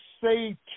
say